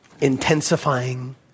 intensifying